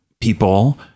people